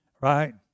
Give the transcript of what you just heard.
right